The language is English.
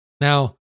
Now